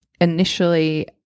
Initially